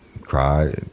Cry